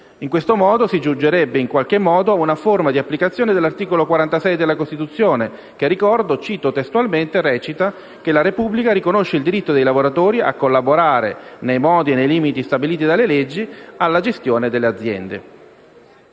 In questo modo si giungerebbe in qualche modo a una forma di applicazione dell'articolo 46 della Costituzione che - cito testualmente - recita: «la Repubblica riconosce il diritto dei lavoratori a collaborare, nei modi e nei limiti stabiliti dalle leggi, alla gestione delle aziende».